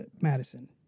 Madison